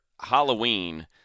Halloween